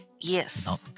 Yes